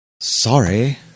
Sorry